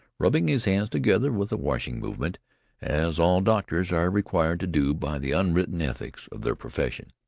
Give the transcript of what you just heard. rubbing his hands together with a washing movement as all doctors are required to do by the unwritten ethics of their profession.